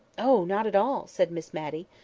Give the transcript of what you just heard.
oh, not at all! said miss matty.